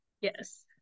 yes